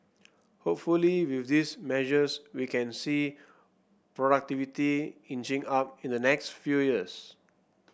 hopefully with these measures we can see productivity inching up in the next few years